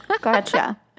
gotcha